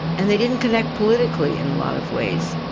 and they didn't connect politically in a lot of ways.